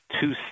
two